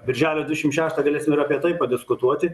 birželio dvidešim šeštą apie tai padiskutuoti